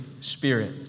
spirit